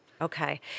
Okay